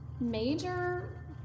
major